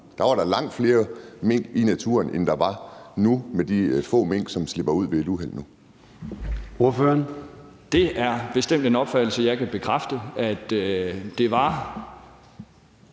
ud, var der langt flere mink i naturen, end der er nu med de få mink, som slipper ud ved et uheld? Kl.